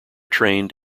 trained